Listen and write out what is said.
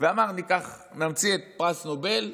ואמר: נמציא את פרס נובל,